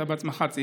אתה בעצמך ציינת,